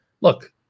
Look